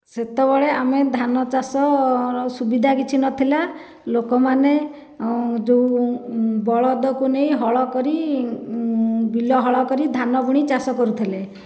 ସେତେବେଳେ ଆମେ ଧାନ ଚାଷ ର ସୁବିଧା କିଛି ନଥିଲା ଲୋକମାନେ ଯେଉଁ ବଳଦକୁ ନେଇ ହଳ କରି ବିଲ ହଳ କରି ଧାନ ବୁଣି ଚାଷ କରୁଥିଲେ